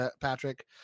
Patrick